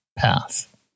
path